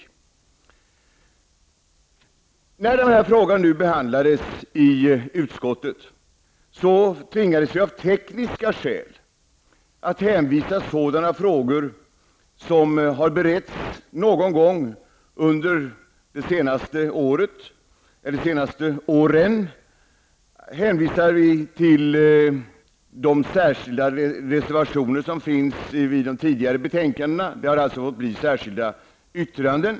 När frågan behandlades i utskottet tvingades vi av tekniska skäl att i sådana frågor som har beretts någon gång under de senaste åren hänvisa till, till de särskilda reservationer som fanns i de tidigare betänkandena. Det har har skett särskilda yttranden.